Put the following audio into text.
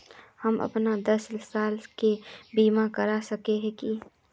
हम अपन दस साल के बीमा करा सके है की?